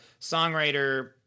songwriter